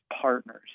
partners